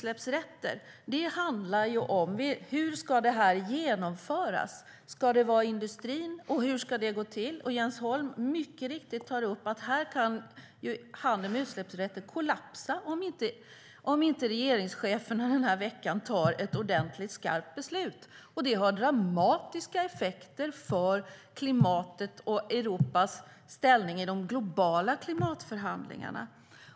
Hur ska detta med handel med utsläppsrätter genomföras? Ska det vara genom industrin eller hur ska det gå till? Jens Holm tog mycket riktigt upp att handeln med utsläppsrätter kan kollapsa om inte regeringscheferna den här veckan fattar ett skarpt beslut. Detta har dramatiska effekter för klimatet och Europas ställning i de globala klimatförhandlingarna.